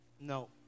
no